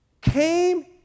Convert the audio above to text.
came